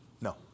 No